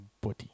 body